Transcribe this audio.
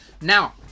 Now